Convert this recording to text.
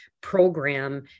program